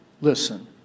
Listen